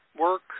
work